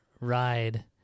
ride